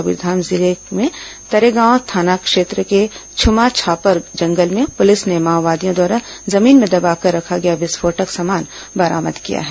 कबीरधाम जिले में तरेगांव थाना क्षेत्र के ध्रमाछापर जंगल में पुलिस ने माओवादियों द्वारा जमीन में दबाकर रखा गया विस्फोटक सामान बरामद किया है